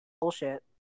bullshit